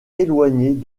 éloignées